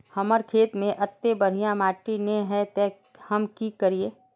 हमर खेत में अत्ते बढ़िया माटी ने है ते हम की करिए?